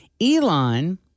Elon